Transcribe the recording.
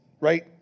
right